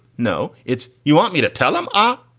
no, it's. you want me to tell him up?